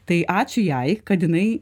tai ačiū jai kad jinai